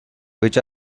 which